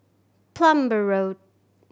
Plumer Road